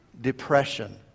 Depression